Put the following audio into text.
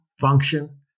function